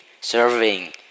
serving